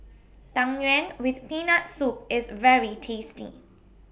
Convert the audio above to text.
Tang Yuen with Peanut Soup IS very tasty